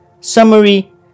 Summary